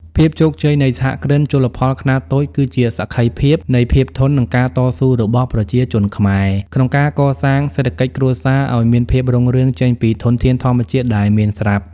ភាពជោគជ័យនៃសហគ្រិនជលផលខ្នាតតូចគឺជាសក្ខីភាពនៃភាពធន់ និងការតស៊ូរបស់ប្រជាជនខ្មែរ ក្នុងការកសាងសេដ្ឋកិច្ចគ្រួសារឱ្យមានភាពរុងរឿងចេញពីធនធានធម្មជាតិដែលមានស្រាប់។